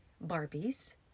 Barbie's